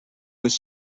was